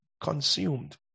consumed